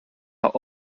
are